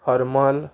Harmal